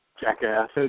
jackass